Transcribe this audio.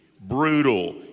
brutal